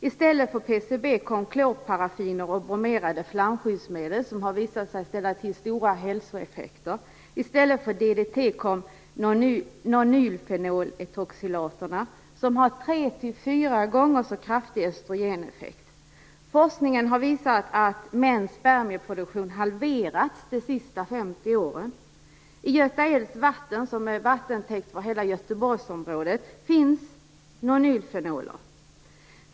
I stället för PCB kom klorparaffiner och bromerade flamskyddsmedel, som har visat sig ha stora hälsoeffekter. I stället för DDT kom nonylfenoletoxilaterna, som har tre fyra gånger så kraftig östrogeneffekt. Forskningen har visat att mäns spermieproduktion halverats de sista 50 åren. I Göta älvs vatten, som är vattentäkt för hela Göteborgsområdet, finns nonylfenoler.